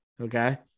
Okay